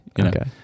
Okay